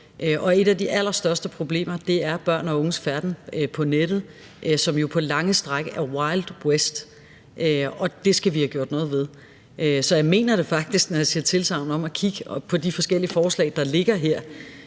ét af de allerstørste problemer er børn og unges færden på nettet, som jo på lange stræk er wild west, og det skal vi have gjort noget ved. Så jeg mener det faktisk, når jeg siger tilsagn i forhold til at kigge på de forskellige forslag, der ligger her;